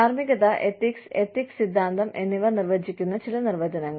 ധാർമ്മികത ethics ethics സിദ്ധാന്തം എന്നിവ നിർവചിക്കുന്ന ചില നിർവചനങ്ങൾ